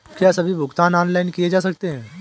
क्या सभी भुगतान ऑनलाइन किए जा सकते हैं?